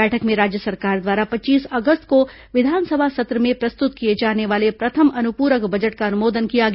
बैठक में राज्य सरकार द्वारा पच्चीस अगस्त को विधानसभा सत्र में प्रस्तुत किए जाने वाले प्रथम अनुपूरक बजट का अनुमोदन किया गया